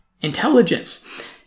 intelligence